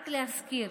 רק להזכיר